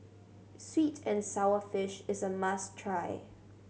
sweet and sour fish is a must try